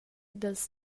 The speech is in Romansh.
dals